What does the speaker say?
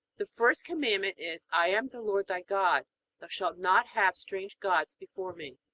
the first commandment is i am the lord thy god thou shalt not have strange gods before me.